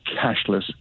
cashless